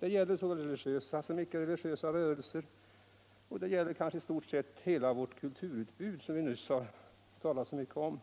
Det gäller såväl religiösa som icke-religiösa rörelser, det gäller i stort sett hela vårt kulturutbud, som vi nyss har talat så mycket om.